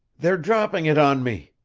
they're dropping it on me,